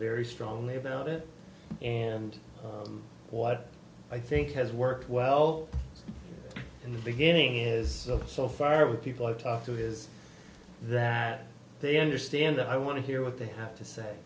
very strongly about it and what i think has worked well in the beginning is so far with people i've talked to is that they understand that i want to hear what they have to say